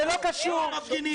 לא המפגינים.